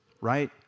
right